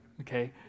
okay